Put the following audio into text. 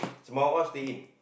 Sembawang all stay in